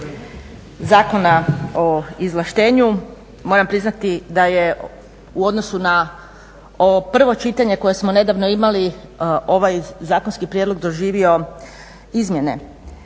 Zakona o izvlaštenju. Moram priznati da je u odnosu na ovo prvo čitanje koje smo nedavno imali ovaj zakonski prijedlog doživio izmjene.